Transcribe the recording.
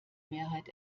mehrheit